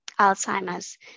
Alzheimer's